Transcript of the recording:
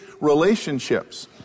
relationships